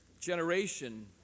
generation